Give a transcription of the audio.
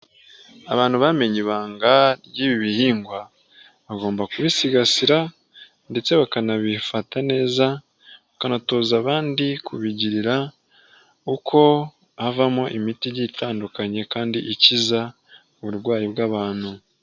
Abantu bamenye ibanga ry'ibi bihingwa bagomba kubisigasira ndetse bakanabifata neza, bakanatoza abandi kubigirira uko havamo imiti itandukanye kandi ikiza uburwayi bw'abantu.